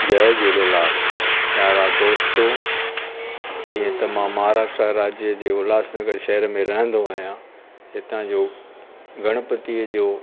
जय झूलेलाल प्यारा दोस्तो जीअं त मां महाराष्ट्र राज्य जे उल्हास नगर शहर में रहंदो आहियां हितां जो गणपतिअ जो